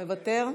מוותר,